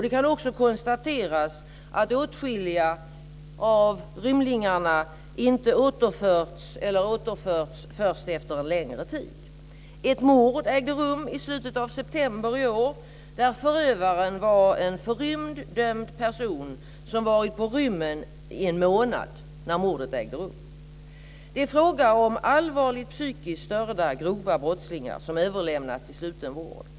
Det kan också konstateras att åtskilliga av rymlingarna inte återförts eller återförts först efter en längre tid. Ett mord ägde rum i slutet av september i år. Förövaren var en förrymd dömd person som varit på rymmen i en månad när mordet ägde rum. Det är frågan om allvarligt psykiskt störda grova brottslingar som överlämnats till sluten vård.